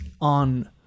on